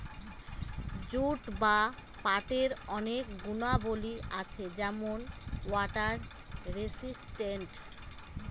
jute বা পাটের অনেক গুণাবলী আছে যেমন ওয়াটার রেসিস্টেন্ট